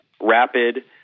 rapid